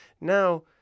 Now